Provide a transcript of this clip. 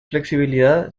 flexibilidad